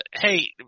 hey